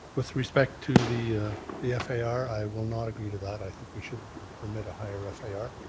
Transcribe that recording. with respect to the the f a r, i will not agree to that. i think we should permit a higher f a r.